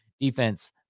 defense